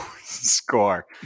score